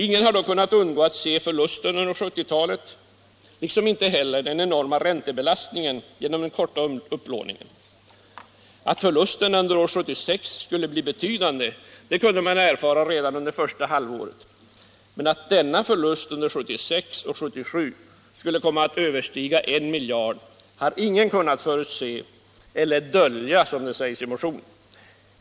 Ingen har då kunnat undgå att se förlusterna under 1970-talet liksom den enorma räntebelastningen genom den korta upplåningen. Att förlusterna under år 1976 skulle bli betydande kunde man erfara redan under första halvåret, men att de under 1976 och 1977 skulle komma att överstiga en miljard har ingen kunnat förutse, eller dölja, som det sägs i motionen.